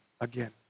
again